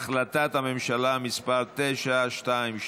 החלטת הממשלה מס' 922,